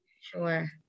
Sure